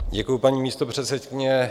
Děkuji, paní místopředsedkyně.